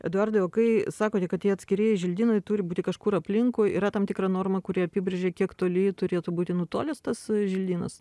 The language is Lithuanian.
eduardui o kai sakote kad tie atskirieji želdynai turi būti kažkur aplinkui yra tam tikra norma kuri apibrėžia kiek toli turėtų būti nutolęs tas želdynas